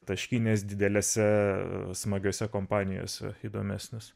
taškynės didelėse smagiose kompanijose įdomesnės